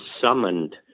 summoned